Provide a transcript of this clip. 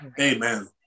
Amen